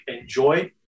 enjoy